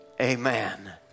amen